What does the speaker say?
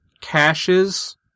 caches